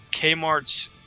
Kmart's